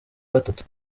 gatatu